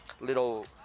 little